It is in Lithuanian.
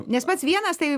nes pats vienas tai